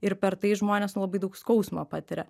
ir per tai žmonės nu labai daug skausmo patiria